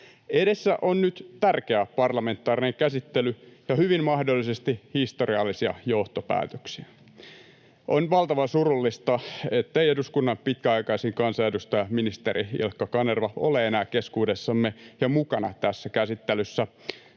Edessä on nyt tärkeä parlamentaarinen käsittely ja hyvin mahdollisesti historiallisia johtopäätöksiä. On valtavan surullista, ettei eduskunnan pitkäaikaisin kansanedustaja, ministeri Ilkka Kanerva ole enää keskuudessamme ja mukana tässä käsittelyssä.